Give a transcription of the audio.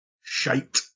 Shite